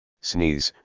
sneeze